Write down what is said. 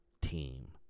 team